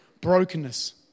brokenness